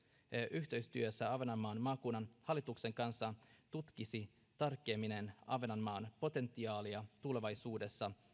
yhteistyössä ahvenanmaan maakunnan hallituksen kanssa tutkisivat tarkemmin ahvenanmaan potentiaalia tulevaisuudessa kestävän